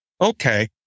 okay